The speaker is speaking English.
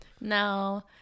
No